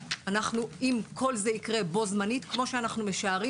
אם כל זה יקרה בו זמנית כמו שאנחנו משערים